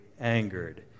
angered